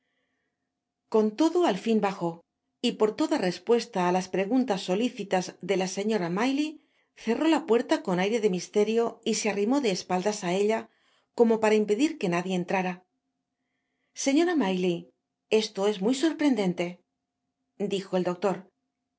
con todo al fin bajo y por toda respuesta á las preguntas solicitas de la señora mnylie cenó la puerta con aire de misterio y se arrimó de espaldas á ella como para impedir que nadie entrara señora maylie esto es muy sorprendente dijo el doctor